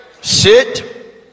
Sit